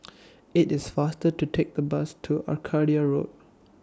IT IS faster to Take The Bus to Arcadia Road